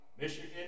Michigan